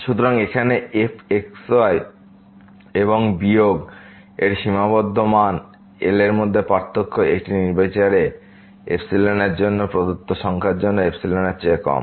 সুতরাং এখানে f x y এবং বিয়োগ এর সীমাবদ্ধ মান L এর মধ্যে পার্থক্য একটি নির্বিচারে epsilon এর জন্য প্রদত্ত সংখ্যার জন্য epsilon এর চেয়ে কম